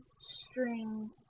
string